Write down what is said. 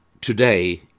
today